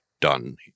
done